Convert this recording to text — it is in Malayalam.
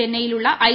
ചെന്നൈയിലുള്ള ഐ